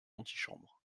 l’antichambre